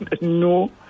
no